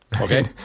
Okay